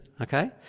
okay